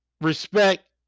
respect